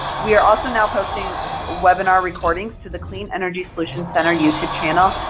we are also now posting webinar recordings to the clean energy solutions center youtube channel.